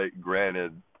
granted